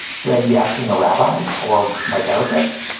should i be asking a rabbi or my therapist?